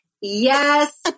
yes